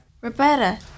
Roberta